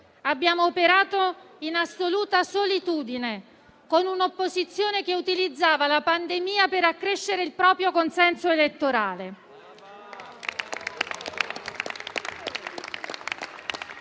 abbiamo operato in assoluta solitudine, con un'opposizione che utilizzava la pandemia per accrescere il proprio consenso elettorale.